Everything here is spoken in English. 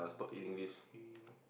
two three